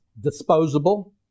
disposable